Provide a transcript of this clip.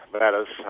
matters